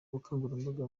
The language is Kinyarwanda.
ubukangurambaga